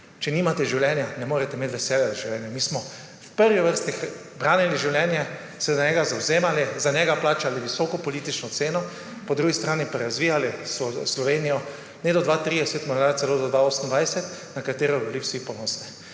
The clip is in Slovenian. Če nimate življenja, ne morete imeti veselje do življenja. Mi smo v prvi vrsti branili življenje, se za njega zavzemali, za njega plačali visoko politično ceno, po drugi strani pa razvijali Slovenijo, ne do 2030, morda celo do 2028, na katero bi bili vsi ponosni.